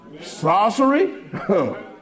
sorcery